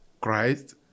Christ